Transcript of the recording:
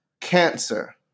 cancer